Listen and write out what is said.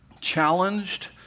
challenged